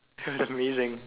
it was amazing